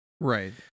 right